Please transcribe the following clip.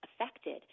affected